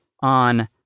on